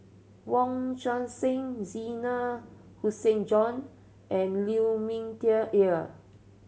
Wong Tuang Seng Zena Tessensohn and Lu Ming Teh Earl